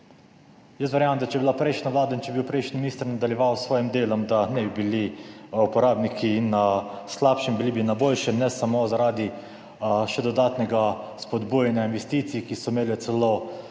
vlada in če bi bil prejšnji minister nadaljeval s svojim delom, da ne bi bili uporabniki na slabšem, bili bi na boljšem. Ne samo zaradi še dodatnega spodbujanja investicij, ki so imele celo